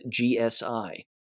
GSI